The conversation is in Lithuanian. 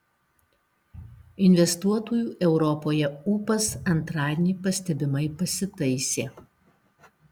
investuotojų europoje ūpas antradienį pastebimai pasitaisė